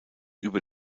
über